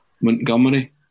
Montgomery